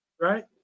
Right